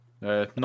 No